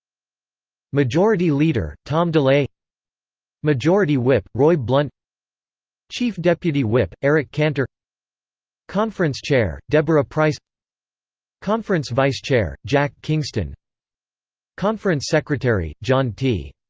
majority leader tom delay majority whip roy blunt chief deputy whip eric cantor conference chair deborah pryce conference vice-chair jack kingston conference secretary john t.